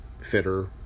fitter